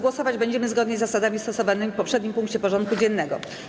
Głosować będziemy zgodnie z zasadami stosowanymi w poprzednim punkcie porządku dziennego.